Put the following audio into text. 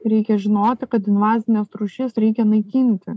reikia žinoti kad invazines rūšis reikia naikinti